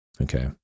okay